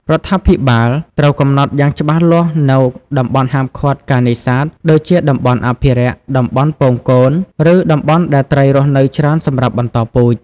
រដ្ឋាភិបាលត្រូវកំណត់យ៉ាងច្បាស់លាស់នូវតំបន់ហាមឃាត់ការនេសាទ ដូចជាតំបន់អភិរក្ស តំបន់ពងកូន ឬតំបន់ដែលត្រីរស់នៅច្រើនសម្រាប់បន្តពូជ។